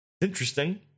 interesting